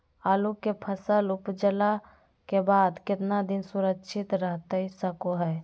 आलू के फसल उपजला के बाद कितना दिन सुरक्षित रहतई सको हय?